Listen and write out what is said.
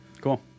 cool